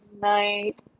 night